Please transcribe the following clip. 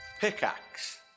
Pickaxe